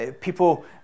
People